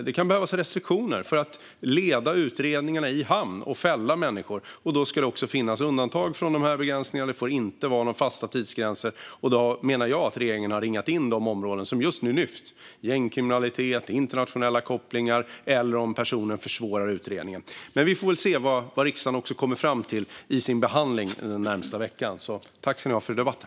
Det kan behövas restriktioner för att leda utredningarna i hamn och fälla människor. Då ska det också finnas undantag från dessa begränsningar. Det får inte vara några fasta tidsgränser. Då menar jag att regeringen har ringat in de områden som just nu lyfts fram, nämligen gängkriminalitet, internationella kopplingar eller om personer försvårar utredningar. Men vi får se vad riksdagen kommer fram till i sin behandling under den närmaste veckan.